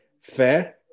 fair